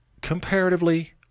comparatively –